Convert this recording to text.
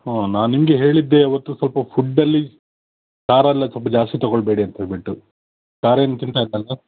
ಹಾಂ ನಾನು ನಿಮಗೆ ಹೇಳಿದ್ದೆ ಅವತ್ತು ಸ್ವಲ್ಪ ಫುಡ್ಡಲ್ಲಿ ಖಾರಯೆಲ್ಲ ಸ್ವಲ್ಪ ಜಾಸ್ತಿ ತೊಗೊಳ್ಬೇಡಿ ಅಂತ್ಹೇಳ್ಬಿಟ್ಟು ಖಾರ ಏನು ತಿಂತಾ ಇಲ್ಲ ಅಲ್ವಾ